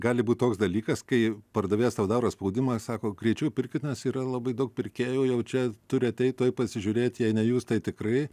gali būt toks dalykas kai pardavėjas tau daro spaudimą sako greičiau pirkit nes yra labai daug pirkėjų jau čia turi ateit tuoj pasižiūrėt jei ne jūs tai tikrai